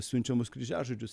siunčiamus kryžiažodžius